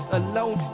alone